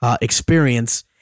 Experience